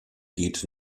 geht